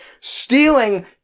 stealing